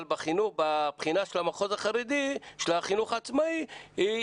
אבל בבחינה של המחוז החרדי של החינוך העצמאי היא